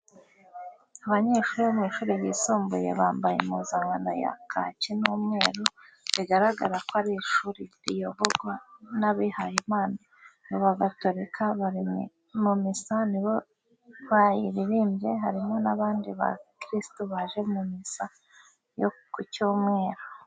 Abanyeshuri bo mu ishuri ryisumbuye, bambaye impuzankano ya kaki n'umweru, biragaragara ko ari ishuri riyoborwa n'abihaye Imana b'aba gatorika , bari mu misa nibo bayiriribye harimo n'abandi ba kirisitu baje mu misa yo ku cyumweru.